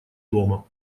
дома